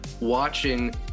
watching